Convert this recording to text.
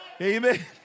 Amen